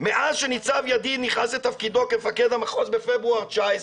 מאז שניצב ידיד נכנס לתפקידו כמפקד המחוז בפברואר 19'